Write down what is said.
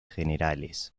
generales